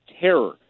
terror